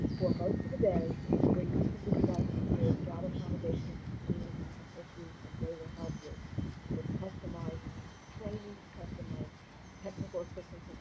for most of the day where you can discuss your job-accommodation needs and issues, and they will help you with customized trainings, customized technical assistance, and